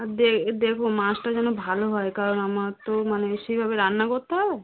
আর দেখো মাছটা যেন ভালো হয় কারণ আমার তো মানে সেইভাবে রান্না করতে হয়